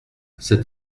cet